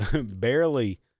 barely